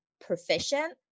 proficient